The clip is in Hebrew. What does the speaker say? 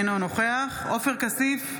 אינו נוכח עופר כסיף,